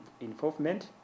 involvement